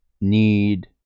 need